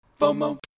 FOMO